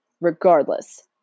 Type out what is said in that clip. regardless